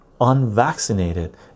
unvaccinated